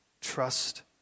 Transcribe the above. trust